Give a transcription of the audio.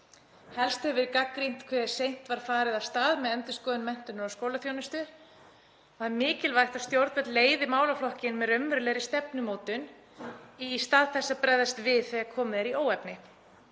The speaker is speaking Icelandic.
Helst hefur verið gagnrýnt hve seint var farið af stað með endurskoðun menntunar og skólaþjónustu. Mikilvægt er að stjórnvöld leiði málaflokkinn með raunverulegri stefnumótun, í stað þess að bregðast við þegar komið er í óefni.